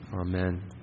Amen